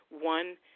one